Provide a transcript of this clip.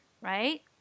right